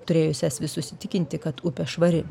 turėjusias visus įtikinti kad upė švari